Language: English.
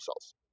cells